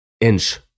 inch